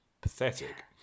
pathetic